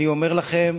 אני אומר לכם